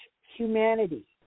humanity